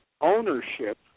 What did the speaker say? ownership